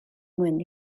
mwyn